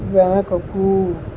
వెనకకు